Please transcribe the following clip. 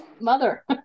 Mother